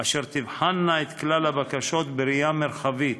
הוועדות תבחנה את כלל הבקשות בראייה מרחבית,